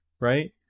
Right